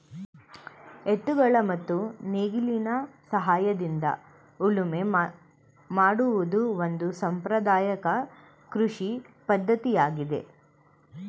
ಎತ್ತುಗಳ ಮತ್ತು ನೇಗಿಲಿನ ಸಹಾಯದಿಂದ ಉಳುಮೆ ಮಾಡುವುದು ಒಂದು ಸಾಂಪ್ರದಾಯಕ ಕೃಷಿ ಪದ್ಧತಿಯಾಗಿದೆ